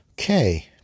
Okay